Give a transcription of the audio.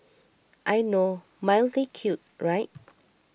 I know mildly cute right